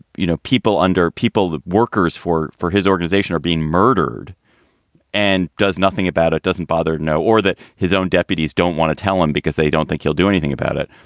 you know, people under people, the workers for, for his organization are being murdered and does nothing about it. doesn't bother. no. or that his own deputies don't want to tell him because they don't think he'll do anything about it.